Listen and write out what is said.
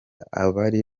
abari